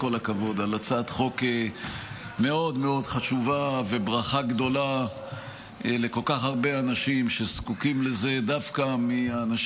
לא זכור לי מתי לא נעניתי באופן מיידי